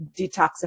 detoxify